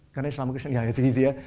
ganesh amageshi. yeah yes, he is here.